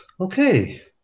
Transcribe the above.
Okay